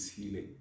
healing